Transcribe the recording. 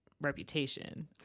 reputation